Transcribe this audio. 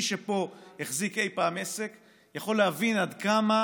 מי שפה החזיק אי פעם עסק יכול להבין עד כמה